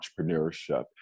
entrepreneurship